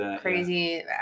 crazy